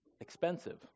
expensive